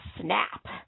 snap